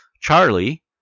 Charlie